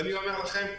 אני אומר לכם,